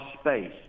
space